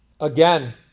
again